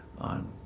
on